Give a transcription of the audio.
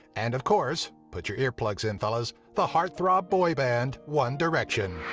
and of course, put your earplugs in fellas, the heart-throb boy-band one direction.